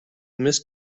miss